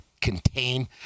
contain